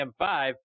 M5